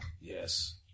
yes